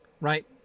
right